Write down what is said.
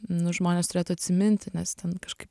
nu žmonės turėtų atsiminti nes ten kažkaip